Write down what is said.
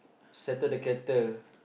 settle the kettle